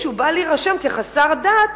כשהוא בא להירשם כחסר דת,